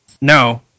no